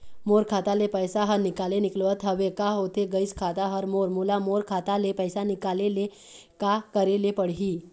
मोर खाता ले पैसा हर निकाले निकलत हवे, का होथे गइस खाता हर मोर, मोला मोर खाता ले पैसा निकाले ले का करे ले पड़ही?